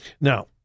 Now